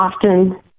often